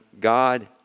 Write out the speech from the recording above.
God